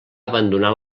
abandonar